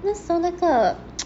那时候那个